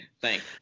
Thanks